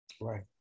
right